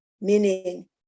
meaning